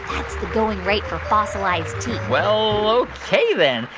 that's the going rate for fossilized teeth well, ok then.